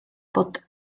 bod